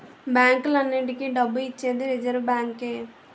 బ్యాంకులన్నింటికీ డబ్బు ఇచ్చేది రిజర్వ్ బ్యాంకే